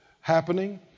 happening